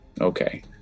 Okay